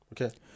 Okay